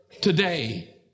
today